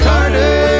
Carter